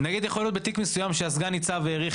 יכול להיות שבתיק מסוים הסגן ניצב האריך